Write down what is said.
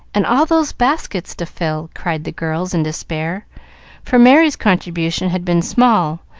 and all those baskets to fill, cried the girls, in despair for merry's contribution had been small,